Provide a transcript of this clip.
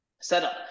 setup